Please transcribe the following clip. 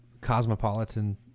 cosmopolitan